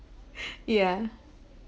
yeah